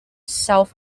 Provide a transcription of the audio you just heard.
south